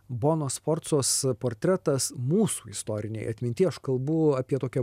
bonos sforcos portretas mūsų istorinėj atminty aš kalbu apie tokią